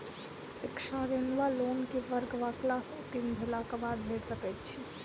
शिक्षा ऋण वा लोन केँ वर्ग वा क्लास उत्तीर्ण भेलाक बाद भेट सकैत छी?